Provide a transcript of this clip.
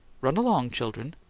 run along, children!